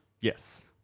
Yes